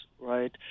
right